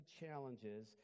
challenges